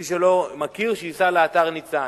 מי שלא מכיר, שייסע לאתר ניצן.